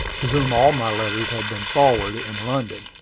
to whom all my letters had been forwarded, in london.